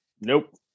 Nope